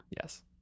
Yes